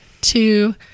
two